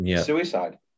suicide